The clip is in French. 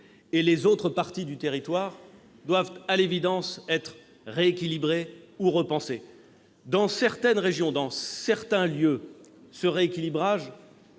et les autres parties du territoire doit à l'évidence être rééquilibrée ou repensée. Dans certaines régions et certains lieux, ce rééquilibrage